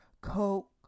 Coke